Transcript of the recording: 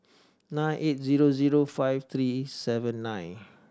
nine eight zero zero five three seven nine